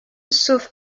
sauf